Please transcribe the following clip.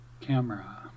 Camera